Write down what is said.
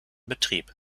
betrieb